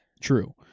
True